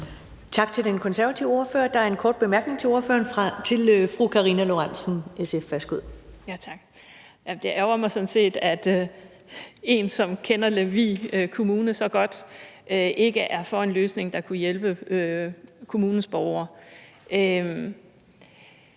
Tak til den konservative ordfører. Der er en kort bemærkning fra fru Karina Lorentzen Dehnhardt, SF. Værsgo. Kl. 11:33 Karina Lorentzen Dehnhardt (SF): Tak. Det ærgrer mig sådan set, at en, som kender Lemvig Kommune så godt, ikke er for en løsning, der kunne hjælpe kommunens borgere.